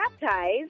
baptized